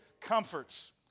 comforts